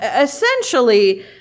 Essentially